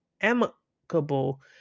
amicable